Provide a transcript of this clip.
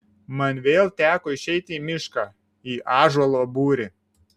man vėl teko išeiti į mišką į ąžuolo būrį